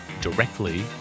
directly